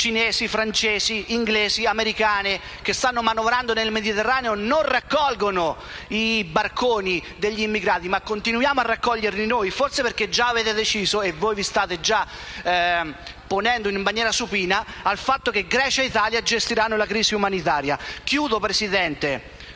cinesi, francesi, britanniche e americane che stanno manovrando nel Mediterraneo non raccolgano i barconi degli immigrati, ma continuiamo a raccoglierli noi. Forse perché già è stato deciso - e voi vi state già predisponendo ad accertarlo in maniera supina - che Grecia e Italia gestiranno la crisi umanitaria. Concludo, Presidente,